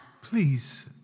Please